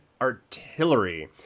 Artillery